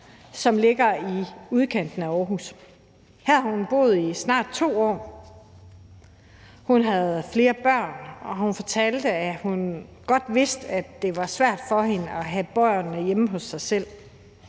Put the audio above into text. som ligger i udkanten af Aarhus. Her havde hun boet i snart 2 år. Hun havde flere børn, og hun fortalte, at hun godt vidste, det var svært for hende have børnene hjemme hos sig selv.